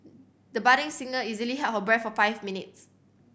the budding singer easily held her breath for five minutes